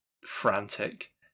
frantic